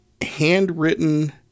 handwritten